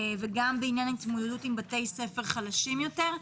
וגם בעניין ההתמודדות של בתי ספר חלשים יותר.